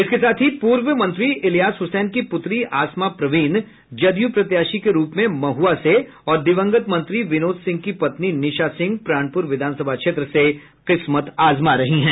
इसके साथ ही पूर्व मंत्री इलियास हुसैन की पुत्री आसमा परवीन जदयू प्रत्याशी के रूप में महुआ से और दिवंगत मंत्री विनोद सिंह की पत्नी निशा सिंह प्राणपुर विधानसभ क्षेत्र से किस्मत आजमा रही हैं